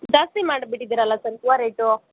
ಜಾಸ್ತಿ ಮಾಡ್ಬಿಟ್ಟಿದ್ದೀರಲ್ಲ ಸರ್ ಹೂವು ರೇಟು